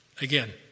again